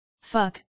Fuck